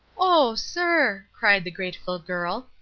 oh, sir, cried the grateful girl.